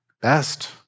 Best